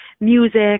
music